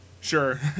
Sure